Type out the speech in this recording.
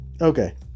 okay